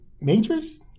Majors